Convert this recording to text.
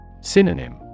Synonym